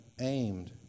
aimed